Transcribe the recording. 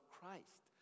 Christ